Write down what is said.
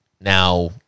Now